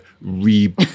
re